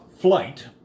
Flight